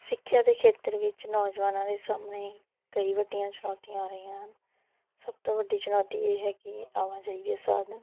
ਸਿੱਖਿਆ ਦੇ ਖੇਤਰ ਵਿੱਚ ਨੌਜਵਾਨਾਂ ਦੇ ਸਾਹਮਣੇ ਕਈ ਵੱਡੀਆਂ ਚੁਣੌਤੀਆਂ ਆ ਰਹੀਆਂ ਹਨ ਸਭ ਤੋਂ ਵੱਡੀ ਚੁਣੌਤੀ ਇਹ ਹੈ ਕਿ ਆਵਾਜਾਈ ਦੇ ਸਾਧਨ